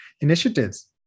initiatives